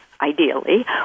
ideally